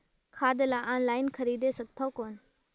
खाद ला ऑनलाइन खरीदे सकथव कौन?